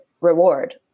reward